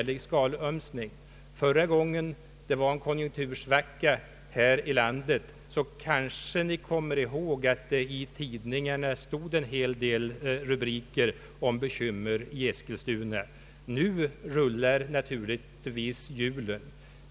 Vi kanske kommer ihåg att förra gången det var en konjunktursvacka här i landet hade tidningarna en hel del rubriker om bekymmer i Eskilstuna. Nu rullar naturligtvis hjulen.